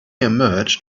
emerged